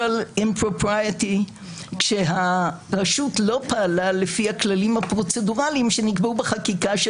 impropriety כשהרשות לא פעלה לפי הכללים הפרוצדורליים שנקבעו בחקיקה של